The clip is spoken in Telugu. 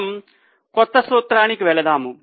మనము కొత్త సూత్రానికి వెళదాము